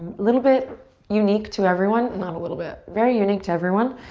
little bit unique to everyone, not a little bit, very unique to everyone,